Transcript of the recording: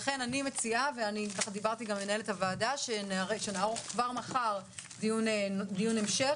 לכן אני מציעה שנערוך כבר מחר דיון המשך.